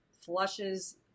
flushes